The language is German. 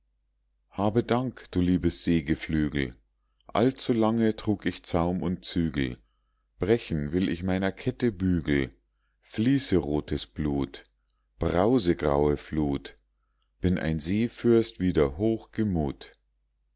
habe dank du liebes seegeflügel allzulange trug ich zaum und zügel brechen will ich meiner kette bügel fließe rotes blut brause graue flut bin ein seefürst wieder